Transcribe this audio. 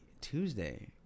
Tuesday